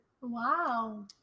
Wow